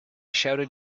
shouted